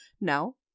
No